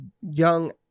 young